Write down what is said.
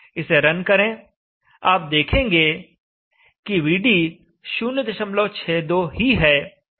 इसे रन करें आप देखेंगे कि Vd 062 ही है